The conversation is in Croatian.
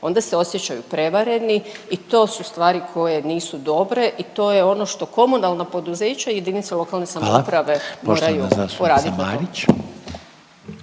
Onda se osjećaju prevareni i to su stvari koje nisu dobre i to je ono što komunalna poduzeća i jedinice lokalne samouprave …/Upadica